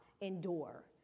endure